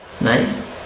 nice